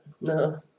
No